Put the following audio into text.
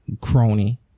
crony